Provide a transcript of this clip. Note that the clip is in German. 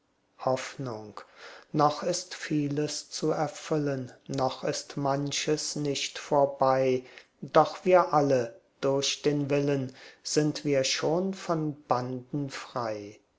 hoffnung noch ist vieles zu erfüllen noch ist manches nicht vorbei doch wir alle durch den willen sind wir schon von banden frei